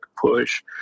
push